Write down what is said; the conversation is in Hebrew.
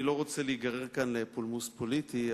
אני לא רוצה להיגרר לפולמוס פוליטי,